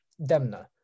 Demna